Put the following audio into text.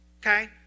Okay